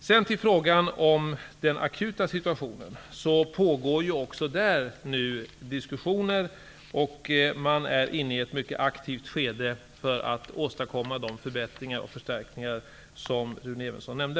Beträffande frågan om den akuta situationen pågår diskussioner och man är inne i ett mycket aktivt skede för att åstadkomma de förbättringar och förstärkningar som Rune Evensson nämnde.